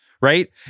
right